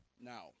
Now